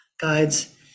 guides